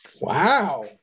Wow